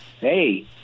hey